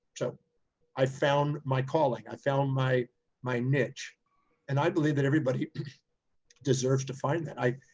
so i found my calling. i found my my niche and i believe that everybody deserves to find that i,